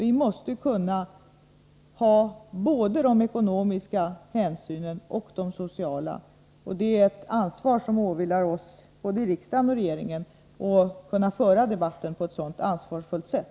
Vi måste kunna ta både de ekonomiska hänsynen och de sociala. Det är ett ansvar som åvilar oss — både riksdagen och regeringen — att kunna föra debatten på ett sådant ansvarsfullt sätt.